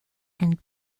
and